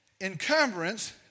Encumbrance